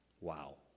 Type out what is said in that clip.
Wow